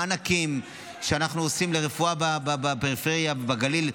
מענקים שאנחנו עושים לרפואה בפריפריה ובגליל,